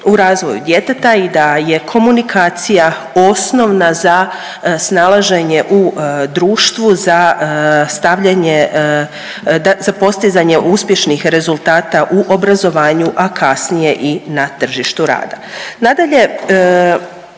u razvoju djeteta i da je komunikacija osnovna za snalaženje u društvu, za stavljanje, za postizanje uspješnih rezultata u obrazovanju, a kasnije i na tržištu rada.